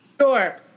Sure